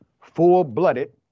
full-blooded